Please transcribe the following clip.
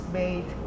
made